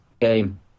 game